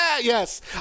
Yes